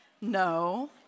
no